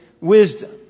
Wisdom